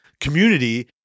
community